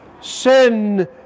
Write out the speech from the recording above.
sin